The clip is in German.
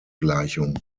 gleichung